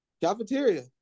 Cafeteria